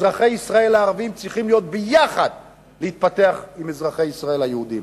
אזרחי ישראל הערבים צריכים להתפתח יחד עם אזרחי ישראל היהודים.